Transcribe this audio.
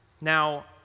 Now